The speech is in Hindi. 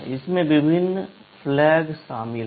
इसमें विभिन्न फ्लैग शामिल हैं